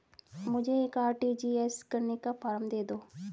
मुझे एक आर.टी.जी.एस करने का फारम दे दो?